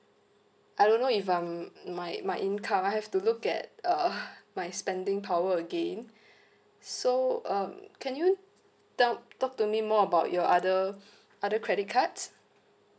I don't know if I'm my my income I have to look at uh my spending power again so um can you tell talk to me more about your other other credit cards